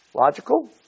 Logical